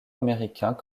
américains